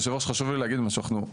יושב הראש חשוב לי להגיד משהו,